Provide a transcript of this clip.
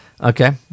okay